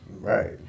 Right